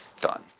done